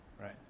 right